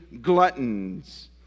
gluttons